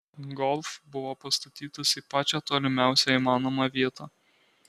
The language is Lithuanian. golf buvo pastatytas į pačią tolimiausią įmanomą vietą